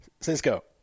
Cisco